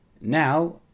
Now